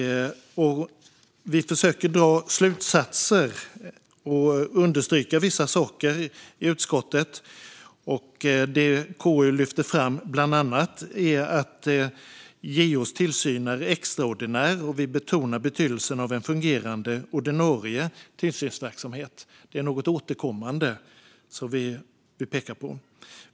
Vi försöker dra slutsatser och understryka vissa saker i utskottet. Något som KU bland annat lyfter fram är att JO:s tillsyn är extraordinär, och vi betonar betydelsen av en fungerande ordinarie tillsynsverksamhet. Detta är något återkommande som vi pekar på.